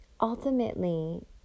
ultimately